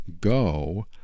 go